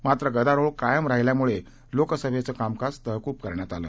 मात्र गदारोळ कायम राहिल्यामुळे लोकसभेच कामकाज तहकूब करण्यात आलं